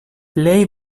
plej